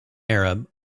arab